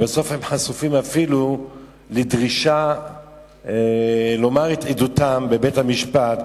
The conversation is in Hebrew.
ובסוף הם חשופים אפילו לדרישה לומר את עדותם בבית-המשפט,